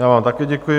Já vám také děkuji.